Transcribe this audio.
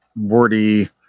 wordy